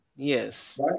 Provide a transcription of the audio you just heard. Yes